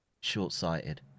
short-sighted